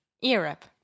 Europe